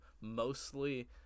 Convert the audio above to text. Mostly